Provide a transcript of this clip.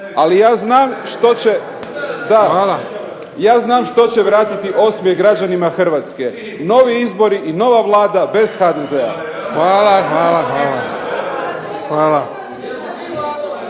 Ali ja znam što će vratiti osmjeh građanima Hrvatske, novi izbori i nova Vlada bez HDZ-a. **Bebić, Luka (HDZ)** Hvala.